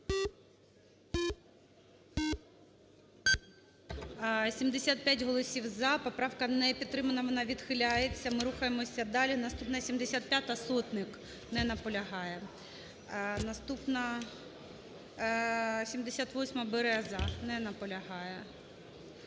75 голосів "за". Поправка не підтримана, вона відхиляється. Ми рухаємося далі. Наступна – 75-а, Сотник. Не наполягає. Наступна – 78-а, Береза. Не наполягає.